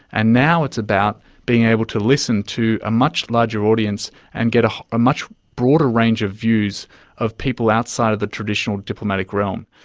and now it's about being able to listen to a much larger audience and get ah a much broader range of views of people outside of the traditional diplomatic realm.